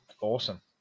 awesome